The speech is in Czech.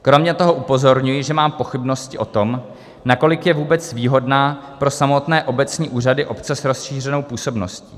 Kromě toho upozorňuji, že mám pochybnosti o tom, nakolik je vůbec výhodná pro samotné obecní úřady, obce s rozšířenou působností.